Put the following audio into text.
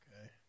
Okay